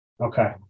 Okay